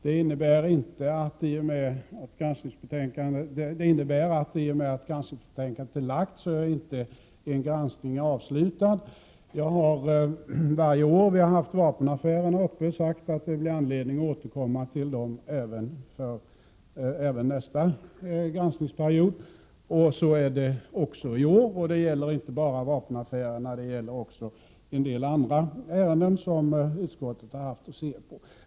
Det innebär att en granskning inte är avslutad i och med att granskningsbetänkandet är framlagt. Jag har varje år som vi har haft vapenaffärerna uppe till granskning sagt att det blir anledning att återkomma till dem även nästa granskningsperiod. Så är det också i år; det gäller inte bara vapenaffärerna utan också en del andra ärenden som utskottet har haft att se på.